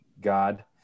God